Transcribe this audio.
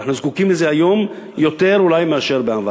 ואנחנו זקוקים לזה היום אולי יותר מאשר בעבר.